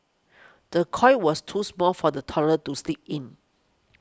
the cot was too small for the toddler to sleep in